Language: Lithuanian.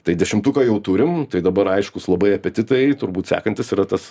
tai dešimtuką jau turim tai dabar aiškūs labai apetitai turbūt sekantis yra tas